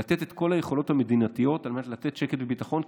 לתת את כל היכולות המדינתיות על מנת לתת שקט וביטחון.